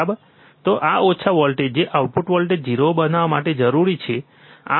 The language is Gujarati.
તો આ ઓછા વોલ્ટેજ જે આઉટપુટ વોલ્ટેજ 0 બનાવવા માટે જરૂરી છે બરાબર